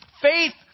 faith